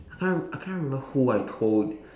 I can't I can't remember who I told